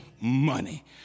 money